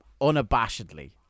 unabashedly